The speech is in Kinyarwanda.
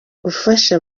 gufasha